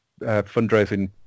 fundraising